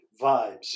vibes